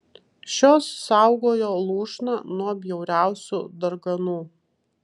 šios saugojo lūšną nuo bjauriausių darganų